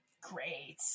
Great